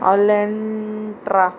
ऑलेंट्रा